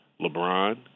LeBron